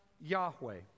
Yahweh